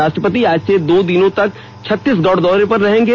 राष्ट्रपति आज से दो दिनों तक छत्तीसगढ़ दौरे पर रहेंगे